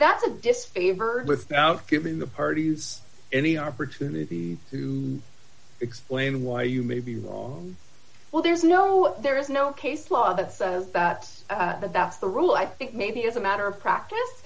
that's a disfavor without giving the party its any opportunity to explain why you may be wrong well there's no there is no case law that says it's that that's the rule i think maybe as a matter of practice